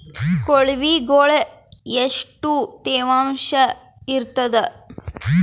ಕೊಳವಿಗೊಳ ಎಷ್ಟು ತೇವಾಂಶ ಇರ್ತಾದ?